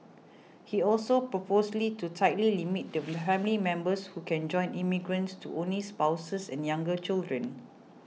he also proposed to tightly limit the family members who can join immigrants to only spouses and younger children